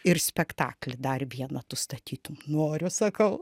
ir spektaklį dar vieną tu statytum noriu sakau